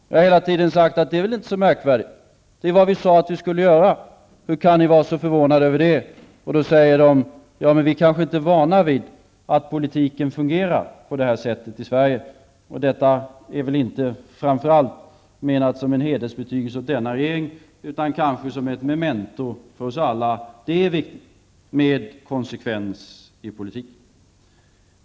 Jag har hela tiden sagt att det inte är så märkvärdigt. Det är vad vi sade att vi skulle göra. Hur kan man då vara så förvånad över detta? Jag får då höra att de som frågar inte är så vana vid att politiken fungerar på det sättet i Sverige. Det här är väl inte menat som en hedersbetygelse åt denna regering, utan kanske som ett memento åt oss alla att det är viktigt med konsekvens i politiken.